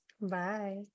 bye